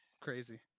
Crazy